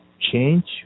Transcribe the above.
change